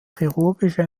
chirurgische